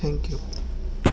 thank you